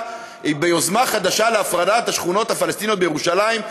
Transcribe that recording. ביוזמה חדשה להפרדת השכונות הפלסטיניות בירושלים,